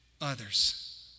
others